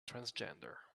transgender